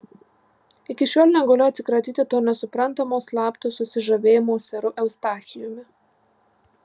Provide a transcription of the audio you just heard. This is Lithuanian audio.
iki šiol negaliu atsikratyti to nesuprantamo slapto susižavėjimo seru eustachijumi